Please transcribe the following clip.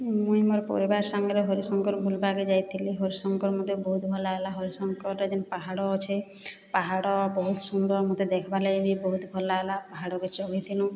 ମୁଇଁ ମୋର ପରିବାର ସାଙ୍ଗରେ ହରିଶଙ୍କର ବୁଲିବାକେ ଯାଇଥିଲି ହରିଶଙ୍କର ମୋତେ ବହୁତ ଭଲ ଲାଗିଲା ହରିଶଙ୍କରରେ ଯେନ୍ ପାହାଡ଼ ଅଛେ ପାହାଡ଼ ବହୁତ ସୁନ୍ଦର ମୋତେ ଦେଖିବା ଲାଗି ବି ବହୁତ ଭଲ ଲାଗିଲା ପାହାଡ଼କେ ଚଢ଼ିଥିନୁ